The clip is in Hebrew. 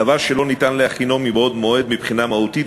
דבר שלא ניתן להכינו מבעוד מועד מבחינה מהותית